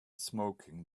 smoking